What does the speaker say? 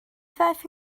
ddaeth